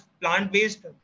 plant-based